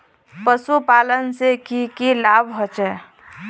पशुपालन से की की लाभ होचे?